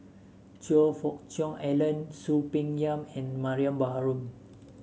Choe Fook Cheong Alan Soon Peng Yam and Mariam Baharom